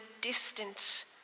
distant